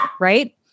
Right